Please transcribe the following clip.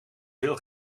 veel